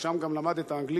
ושם גם למד את האנגלית,